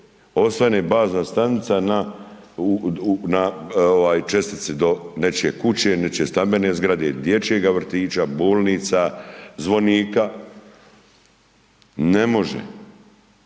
osvane bazna stanica na, u na ovaj čestici do nečije kuće, nečije stambene zgrade, dječjega vrtića, bolnica, zvonika, ne može.